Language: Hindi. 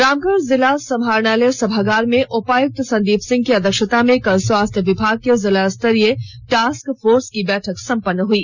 रामगढ़ जिला समाहरणालय सभागार में उपायुक्त संदीप सिंह की अध्यक्षता में कल स्वास्थ्य विभाग के जिला स्तरीय टास्क फोर्स की बैठक संपन्न हुई